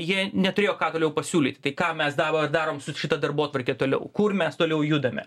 jie neturėjo ką galėjo pasiūlyt tai ką mes dabar darom su šita darbotvarke toliau kur mes toliau judame